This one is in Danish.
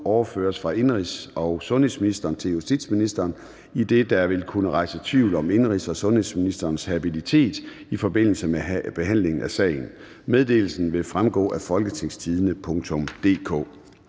overføres fra indenrigs- og sundhedsministeren til justitsministeren, idet der vil kunne rejses tvivl om indenrigs- og sundhedsministerens habilitet i forbindelse med behandlingen af sagen. Meddelelsen vil fremgå af www.folketingstidende.dk